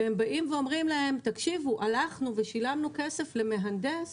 והם באים ואומרים להם: הלכנו ושילמנו כסף למהנדס